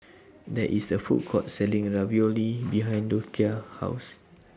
There IS A Food Court Selling Ravioli behind Docia's House